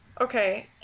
Okay